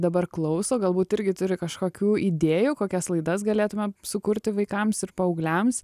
dabar klauso galbūt irgi turi kažkokių idėjų kokias laidas galėtume sukurti vaikams ir paaugliams